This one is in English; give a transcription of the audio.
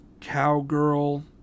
cowgirl